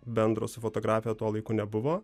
bendro su fotografija tuo laiku nebuvo